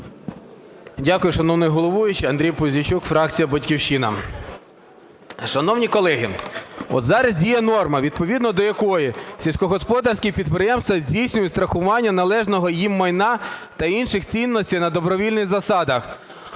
Дякую, шановний головуючий. Андрій Пузійчук, фракція "Батьківщина". Шановні колеги, от зараз є норма, відповідно до якої сільськогосподарські підприємства здійснюють страхування належного їм майна та інших цінностей на добровільних засадах.